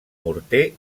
morter